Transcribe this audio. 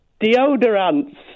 deodorants